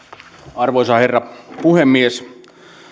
arvoisa herra puhemies